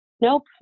nope